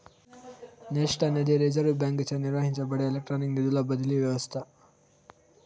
NEFT అనేది reserve బాంకీచే నిర్వహించబడే ఎలక్ట్రానిక్ నిధుల బదిలీ వ్యవస్త